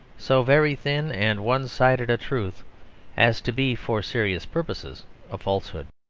so very thin and one-sided a truth as to be for serious purposes a falsehood.